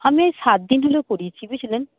আমি ওই সাত দিন হল করিয়েছি বুঝলেন